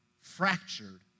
fractured